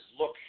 look